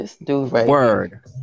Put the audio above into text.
word